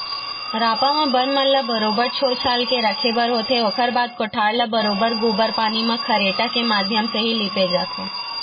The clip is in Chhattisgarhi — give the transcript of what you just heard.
रापा म बन मन ल बरोबर छोल छाल के रखे बर होथे, ओखर बाद कोठार ल बरोबर गोबर पानी म खरेटा के माधियम ले ही लिपे जाथे